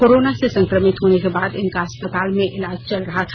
corona से संक्रमित होने के बाद इनका अस्पताल में इलाज चल रहा था